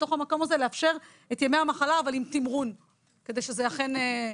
בתוך המקום הזה לאפשר את ימי המחלה אבל עם תמרון כדי שזה יסייע.